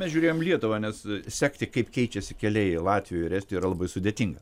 mes žiūrėjom lietuvą nes sekti kaip keičiasi keliai latvijoj ir estijoj yra labai sudėtinga